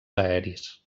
aeris